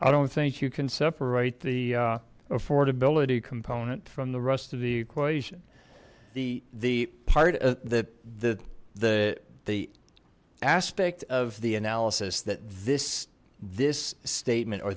i don't think you can separate the affordability component from the rest of the equation the the part that the the the aspect of the analysis that this this statement or